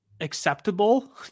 acceptable